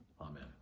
Amen